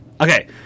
okay